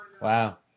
wow